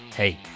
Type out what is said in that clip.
Hey